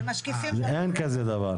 אין כזה דבר.